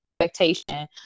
expectation